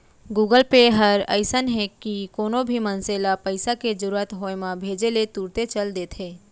Google Pay हर अइसन हे कि कोनो भी मनसे ल पइसा के जरूरत होय म भेजे ले तुरते चल देथे